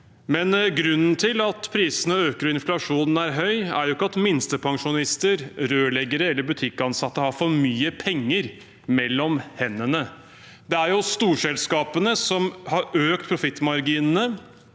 opp. Grunnen til at prisene øker og inflasjonen er høy, er ikke at minstepensjonister, rørleggere eller butikkansatte har for mye penger mellom hendene. Det er storselskapene som har økt profittmarginene,